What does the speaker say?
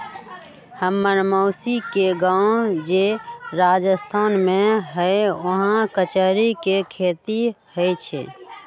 हम्मर मउसी के गाव जे राजस्थान में हई उहाँ कचरी के खेती होई छई